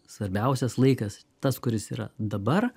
svarbiausias laikas tas kuris yra dabar